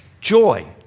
Joy